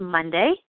Monday